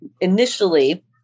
initially